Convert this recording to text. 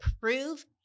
prove